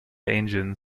engine